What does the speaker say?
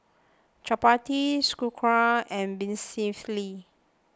Chapati Sauerkraut and Vermicelli